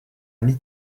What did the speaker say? mis